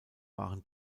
waren